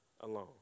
alone